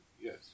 yes